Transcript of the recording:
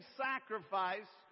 sacrifice